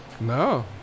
No